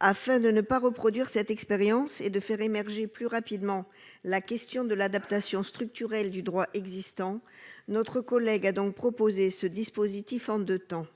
Afin de ne pas reproduire cette expérience et de faire émerger plus rapidement la question de l'adaptation structurelle du droit existant, notre collègue propose un dispositif en deux temps